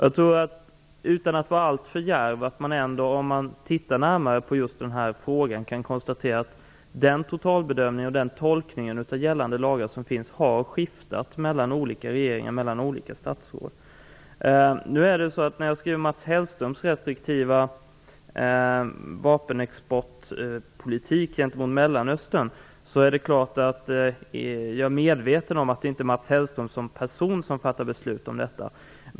Utan att vara alltför djärv tror jag ändå att man kan konstatera att totalbedömningen och tolkningen av gällande lagar har skiftat mellan olika regeringar och olika statsråd. När det gäller Mats Hellströms restriktiva vapenexportpolitik gentemot Mellanöstern är det klart att jag är medveten om att det inte är Mats Hellström som person som fattar beslut.